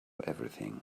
everything